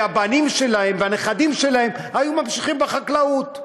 והבנים שלהם והנכדים שלהם היו ממשיכים בחקלאות.